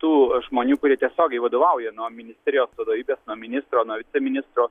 tų žmonių kurie tiesiogiai vadovauja nuo ministerijos vadovybės nuo ministro nuo viceministro